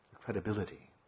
credibility